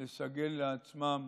לסגל לעצמם